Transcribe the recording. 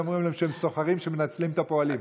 שהם סוחרים שמנצלים את הפועלים.